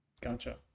Gotcha